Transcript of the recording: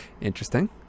Interesting